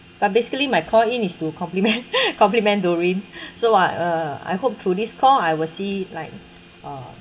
but basically my call in is to compliment compliment doreen so I uh I hope through this call I will see like uh